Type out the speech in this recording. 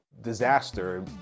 disaster